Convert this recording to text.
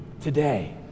today